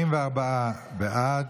44 בעד,